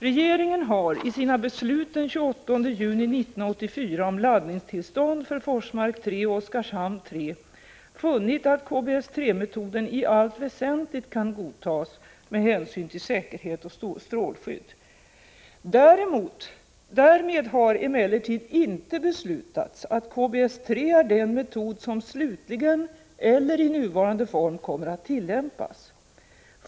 Regeringen har i sina beslut den 28 juni 1984 om laddningstillstånd för Forsmark 3 och Oskarshamn 3 funnit att KBS 3-metoden i allt väsentligt kan godtas med hänsyn till säkerhet och strålskydd. Därmed har emellertid inte beslutats att KBS 3 är den metod som slutligen eller i nuvarande form kommer att tillämpas.